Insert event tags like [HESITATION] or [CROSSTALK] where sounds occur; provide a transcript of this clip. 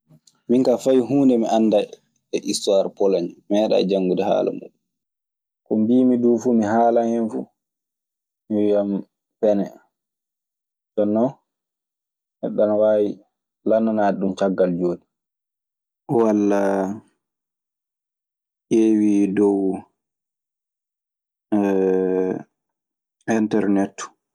Minka fayhunde mi anda e histoire polonŋe, mi meeɗayi jamgude hala mun. Ko mbiimi duu fu mi haalan hen fu, mi wiyan pene en. Jooni non neɗɗo waawi lanndanaade ɗun caggal jooni. Wallaa ƴeewii dow [HESITATION] enternet.